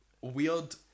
weird